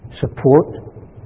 Support